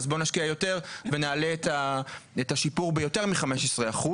בוא נשקיע יותר ונעלה את השיפור ביותר מ-15%.